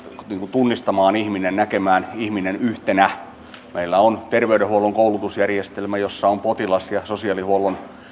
tunnistamaan ihminen näkemään ihminen yhtenä meillä on terveydenhuollon koulutusjärjestelmä jossa on potilas ja sosiaalihuollon